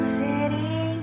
city